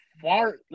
far